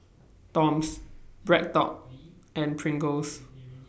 Toms BreadTalk and Pringles